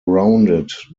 rounded